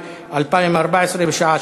חוקה.